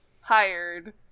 hired